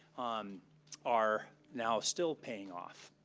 um are now still paying off.